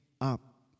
up